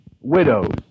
widows